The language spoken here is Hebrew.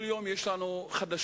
כל יום יש לנו חדשות